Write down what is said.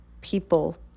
people